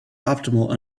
optimal